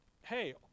hey